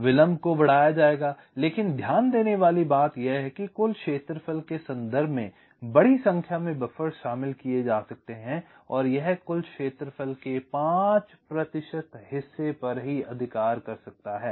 विलंब को बढ़ाया जाएगा लेकिन ध्यान देने वाली बात यह है कि कुल क्षेत्रफल के संदर्भ में बड़ी संख्या में बफ़र्स शामिल किए जा सकते हैं और यह कुल क्षेत्रफल के 5 प्रतिशत हिस्से पर ही अधिकार कर सकता है